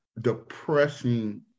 depressing